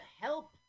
help